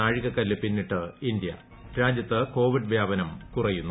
നാഴികകല്ല് പിന്നിട്ട് ഇന്ത്യ രാജ്യത്ത് കോവിഡ് വ്യാപനം കുറയുന്നു